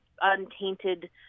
untainted